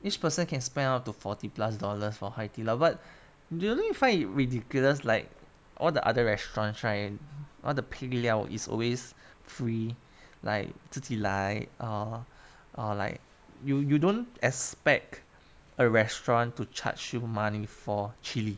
each person can spend up to forty plus dollars for high tea lah but don't you find it ridiculous like all the other restaurants right all the 配料 is always free like 自己来 or or like you you don't expect a restaurant to charge you money for chilli